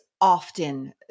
often